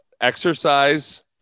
exercise